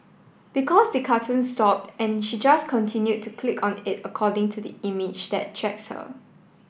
because the cartoon stopped and she just continued to click on it according to the image that attracts her